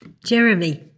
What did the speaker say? Jeremy